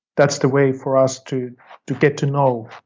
that's the way for us to to get to know